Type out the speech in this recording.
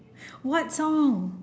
what song